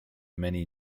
many